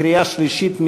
קריאה שלישית.